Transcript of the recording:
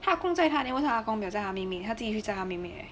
他的 ah gong 载他 then 为什么他 ah gong 没有载他妹妹他自己去载他妹妹 leh